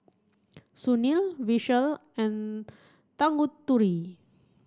Sunil Vishal and Tanguturi